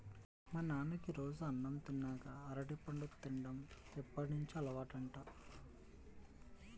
మా నాన్నకి రోజూ అన్నం తిన్నాక అరటిపండు తిన్డం ఎప్పటినుంచో అలవాటంట